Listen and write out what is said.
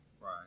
right